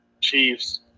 Chiefs